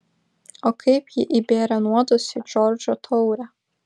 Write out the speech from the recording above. o kaip ji įbėrė nuodus į džordžo taurę